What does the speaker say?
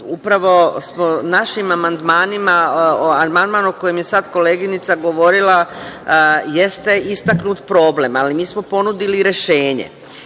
upravo amandman o kojem je sad koleginica govorila tu jeste istaknut problem, ali mi smo ponudili rešenje. Znate,